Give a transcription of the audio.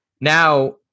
Now